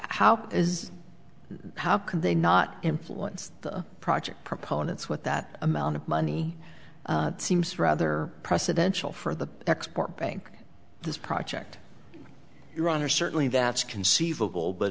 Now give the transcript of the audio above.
how is how can they not influence the project proponents what that amount of money seems rather presidential for the export bank this project your honor certainly that's conceivable but